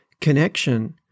connection